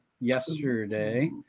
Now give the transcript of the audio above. yesterday